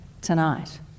tonight